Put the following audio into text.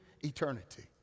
eternity